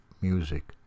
music